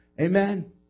Amen